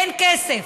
אין בעיה של כסף,